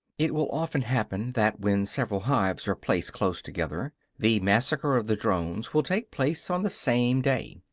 it will often happen that, when several hives are placed close together, the massacre of the drones will take place on the same day.